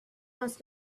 must